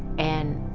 and